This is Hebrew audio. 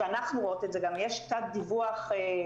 ואנחנו גם רואות את זה יש תת דיווח דרמטי,